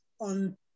on